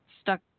stuck